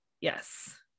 Yes